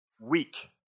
weak